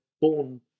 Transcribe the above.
born